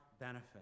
benefit